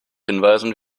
hinweisen